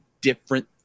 different